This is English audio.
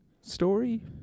story